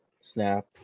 snap